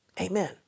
Amen